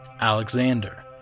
Alexander